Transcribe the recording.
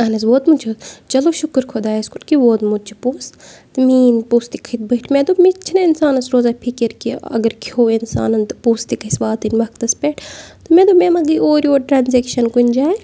اہن حظ ووتمُت چھُ حظ چلو شُکُر خۄدایَس کُن کہِ ووتمُت چھُ پونٛسہٕ تہٕ میٛٲنۍ پونٛسہٕ تہِ کھٔتۍ بٔٹھۍ مےٚ دوٚپ مےٚ چھِنہٕ اِنسانَس روزان فِکِر کہِ اگر کھیٚو اِنسانَن تہٕ پونٛسہٕ تہِ گژھِ واتٕنۍ وقتَس پٮ۪ٹھ تہٕ مےٚ دوٚپ مےٚ ما گٔے اورٕ یورٕ ٹرٛانزیکشَن کُنہِ جاے